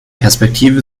perspektive